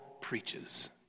preaches